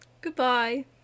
Goodbye